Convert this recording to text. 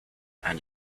and